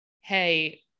Hey